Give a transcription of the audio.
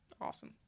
awesome